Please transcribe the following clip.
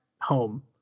home